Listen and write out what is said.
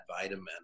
vitamin